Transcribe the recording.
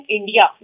India